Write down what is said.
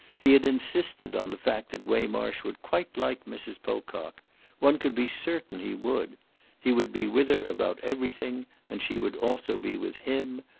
he had insisted on the fact that waymarsh would quite like mrs. pocock one could be certain he would he would be with her about everything, and she would also be with him,